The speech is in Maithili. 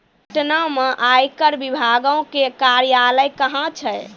पटना मे आयकर विभागो के कार्यालय कहां छै?